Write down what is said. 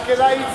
רק אלי?